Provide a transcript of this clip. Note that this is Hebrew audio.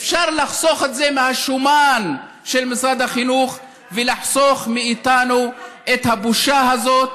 אפשר לחסוך את זה מהשומן של משרד החינוך ולחסוך מאיתנו את הבושה הזו,